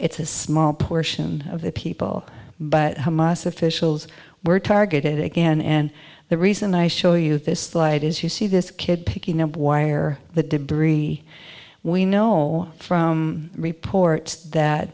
it's a small portion of the people but hamas officials were targeted again and the reason i show you this light is you see this kid picking up wire the debris we know from reports that